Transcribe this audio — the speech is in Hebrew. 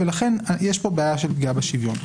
ולכן יש פה בעיה של פגיעה בשוויון.